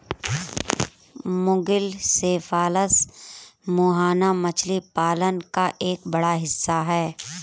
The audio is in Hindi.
मुगिल सेफालस मुहाना मछली पालन का एक बड़ा हिस्सा है